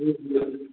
जी जी